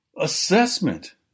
assessment